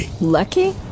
Lucky